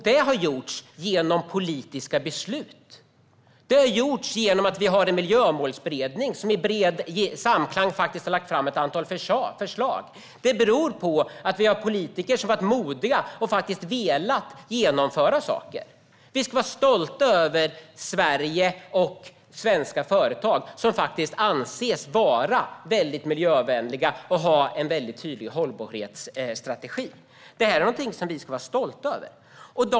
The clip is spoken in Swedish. Det har gjorts genom politiska beslut och att vi har en miljömålsberedning som i bred samklang har lagt fram ett antal förslag. Det beror på att vi har haft politiker som varit modiga och faktiskt velat genomföra saker. Vi ska vara stolta över Sverige och svenska företag. De anses vara väldigt miljövänliga och ha en väldigt tydlig hållbarhetsstrategi. Det är någonting som vi ska vara stolta över.